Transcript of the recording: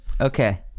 Okay